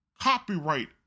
Copyright